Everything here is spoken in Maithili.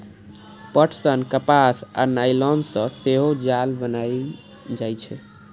पटसन, कपास आ नायलन सं सेहो जाल बनाएल जाइ छै